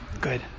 good